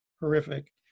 horrific